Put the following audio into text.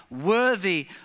worthy